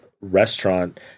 restaurant